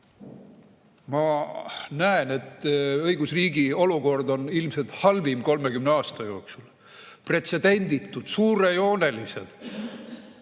Ma näen, et õigusriigi olukord on ilmselt halvim 30 aasta jooksul: pretsedenditud, suurejoonelised